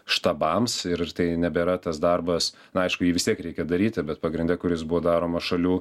štabams ir ir tai nebėra tas darbas na aišku jį vis tiek reikia daryti bet pagrinde kuris buvo daromas šalių